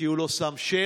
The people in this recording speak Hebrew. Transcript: כי הוא לא שם שלט,